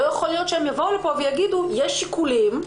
יכול להיות שהם יבואו לפה ויגידו שיש שיקולים אבל